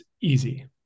easy